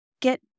get